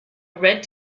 red